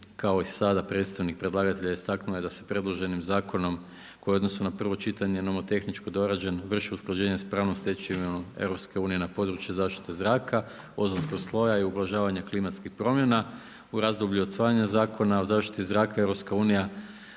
kao i sada predstavnik predlagatelja istaknuo je da se predloženim zakonom koji je u odnosu na prvo čitanje nomotehnički dorađen vrši usklađenje sa pravnom stečevinom EU na području zaštite zraka, ozonskog sloja i ublažavanja klimatskih promjena. U razdoblju od usvajanja Zakona o zaštiti zraka EU